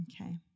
Okay